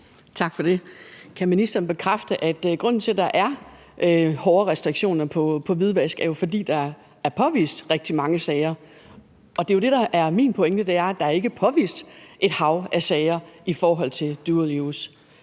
Tak for det. Kan ministeren bekræfte, at grunden til, at der er hårde restriktioner med hensyn til hvidvask, er, at der er påvist rigtig mange sager? Det, der er min pointe, er jo, at der ikke er påvist et hav af sager i forhold til dual use.